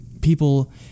people